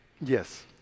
Yes